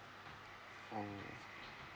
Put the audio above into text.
alright